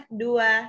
dua